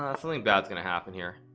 um something bad's gonna happen here